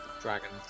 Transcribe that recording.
Dragon's